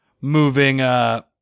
moving